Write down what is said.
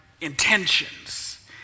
intentions